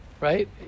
right